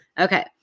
Okay